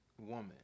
woman